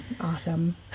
awesome